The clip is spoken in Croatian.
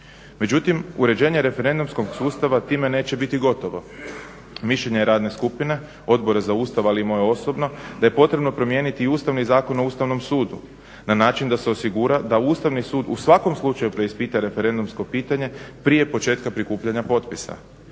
Međutim, uređenje referendumskog sustava time neće biti gotovo. Mišljenje je radne skupine Odbora za Ustav, ali i moje osobnom da je potrebno promijeniti i ustavno i Zakon o Ustavnom sudu na način da se osigura da Ustavni sud u svakom slučaju preispita referendumsko pitanje prije početka prikupljanja potpisa.